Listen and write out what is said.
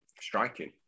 striking